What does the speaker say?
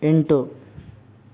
ಎಂಟು